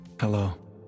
Hello